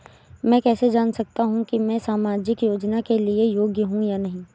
मैं कैसे जान सकता हूँ कि मैं सामाजिक योजना के लिए योग्य हूँ या नहीं?